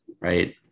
right